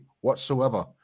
whatsoever